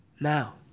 now